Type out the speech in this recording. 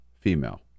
female